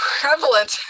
prevalent